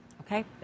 Okay